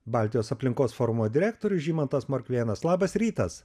baltijos aplinkos forumo direktorius žymantas morkvėnas labas rytas